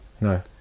No